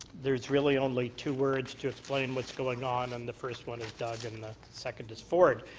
there's really only two words to explain what's going on and the first one is doug and and the second is ford.